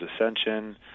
ascension